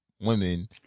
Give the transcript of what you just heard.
women